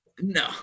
no